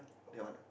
that one ah